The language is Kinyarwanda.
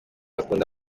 akunda